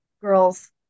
girls